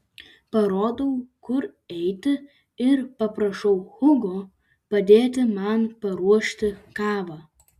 parodau kur eiti ir paprašau hugo padėti man paruošti kavą